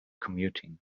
commuting